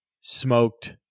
smoked